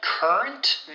Current